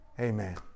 Amen